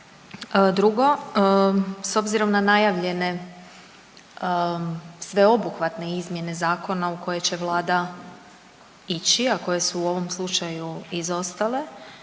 Drugo, s obzirom na najavljene sveobuhvatne izmjene zakona u koje će vlada ići, a koje su u ovom slučaju izostale